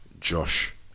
Josh